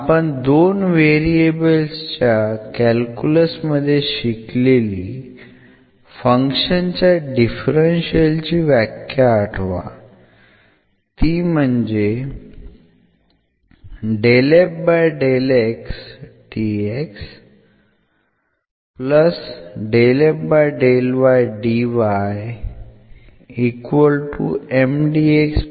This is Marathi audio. आपण 2 वेरिबल्स च्या कॅल्क्युलस मध्ये शिकलेली फंक्शन च्या डिफरन्शियल ची व्याख्या आठवा ती म्हणजे ही आहे